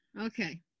Okay